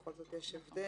בכל זאת יש הבדל.